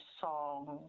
songs